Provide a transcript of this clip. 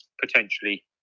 potentially